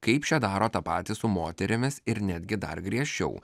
kaip čia daro tą patį su moterimis ir netgi dar griežčiau